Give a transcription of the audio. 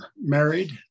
married